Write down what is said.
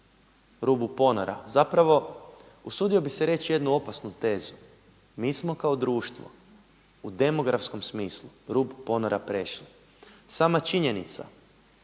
rubu ponora. Zapravo usudio bih se reći jednu opasnu tezu, mi smo kao društvo u demografskom smislu rub ponora prešli. Sama činjenica